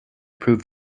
proved